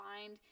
find